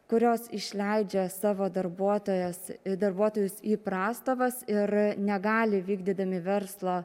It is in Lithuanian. kurios išleidžia savo darbuotojas darbuotojus į prastovas ir negali vykdydami verslą